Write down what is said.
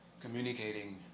communicating